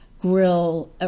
grill